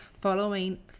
following